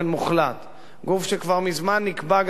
גוף שכבר מזמן נקבע גם על-ידי הנשיא בוש,